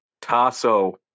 Tasso